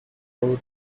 road